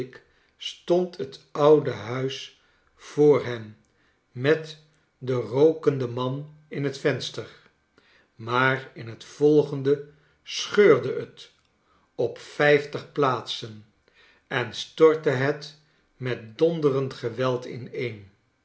stond het oude huis voor hen met den rookenden man in het venster maar in het volgende scheurde het op vijftig plaatsen ea stortte het met donderend geweld ineen